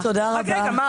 תודה רבה.